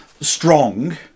strong